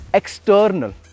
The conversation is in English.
external